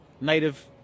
native